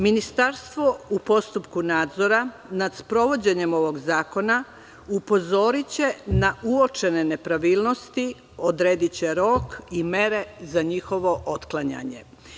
Ministarstvo u postupku nadzora nad sprovođenjem ovog zakona upozoriće na uočene nepravilnosti, odrediće rok i mere za njihovo otklanjanje.